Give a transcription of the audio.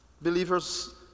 believers